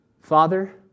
father